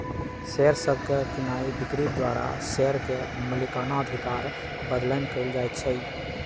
share सभके कीनाइ बिक्री द्वारा शेयर के मलिकना अधिकार बदलैंन कएल जाइ छइ